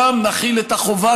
שם נחיל את החובה,